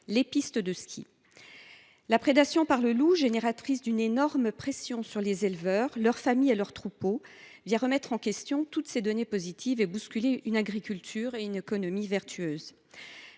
de montagne. La prédation par le loup, à l’origine d’une énorme pression sur les éleveurs, leurs familles et leurs troupeaux, remet en question ces éléments positifs et bouscule une agriculture et une économie vertueuses.